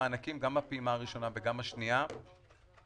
המענקים גם בפעימה הראשונה וגם בשנייה הם